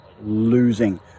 losing